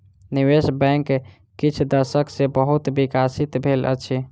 निवेश बैंक किछ दशक सॅ बहुत विकसित भेल अछि